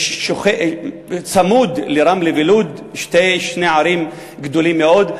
צמוד לרמלה ולוד, שתי ערים גדולות מאוד,